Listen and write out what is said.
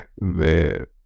Man